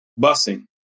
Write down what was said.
busing